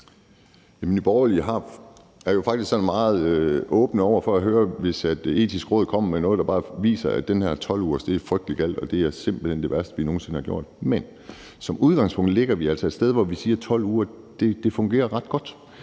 Nye Borgerlige er jo faktisk sådan meget åbne over for at høre, hvis Det Etiske Råd kommer med noget, der bare viser, at den her 12-ugersgrænse er frygtelig galt, og at det simpelt hen er det værste, vi nogen sinde har gjort. Men som udgangspunkt ligger vi altså et sted, hvor vi siger, at 12 uger fungerer ret godt,